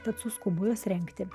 tad suskubo juos rengti